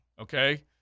okay